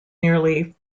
nearly